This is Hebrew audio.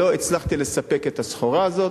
לא הצלחתי לספק את הסחורה הזאת,